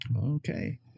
Okay